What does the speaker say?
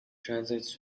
translates